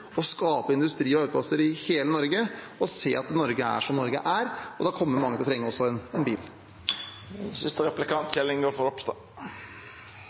skape industri og arbeidsplasser i hele Norge og se at Norge er som Norge er. Da kommer mange også til å trenge